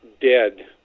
dead